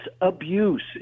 abuse